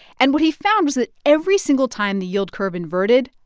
and what he found was that every single time the yield curve inverted,